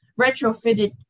retrofitted